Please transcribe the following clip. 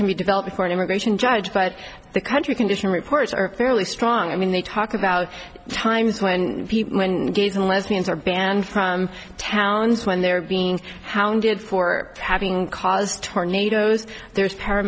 can be developed for an immigration judge but the country condition reports are fairly strong i mean they talk about times when gays and lesbians are banned from towns when they're being hounded for having caused tornadoes there's